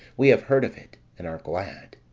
we have heard of it, and are glad.